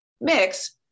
mix